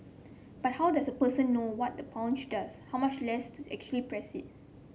but how does a person know what the plunger does how much less to actually press it